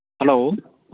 hello